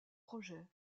projet